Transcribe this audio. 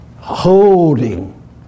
holding